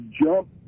jump